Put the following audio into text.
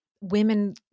women